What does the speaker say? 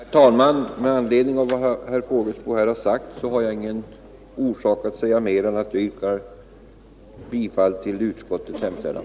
Herr talman! Med anledning av vad herr Fågelsbo har anfört har jag ingen orsak att säga mer än att jag yrkar bifall till utskottets hemställan.